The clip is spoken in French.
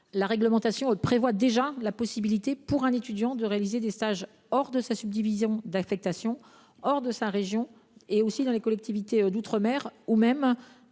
La réglementation prévoit déjà la possibilité pour un étudiant de réaliser des stages hors de sa subdivision d’affectation, hors de sa région, dans les collectivités d’outre mer ou même,